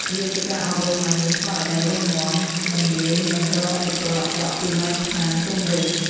វាជាការអប់រំឱ្យមានស្មារតីរឹងមាំ មិនងាយនឹងរងឥទ្ធិពលអាក្រក់ពីមជ្ឈដ្ឋានជុំវិញ។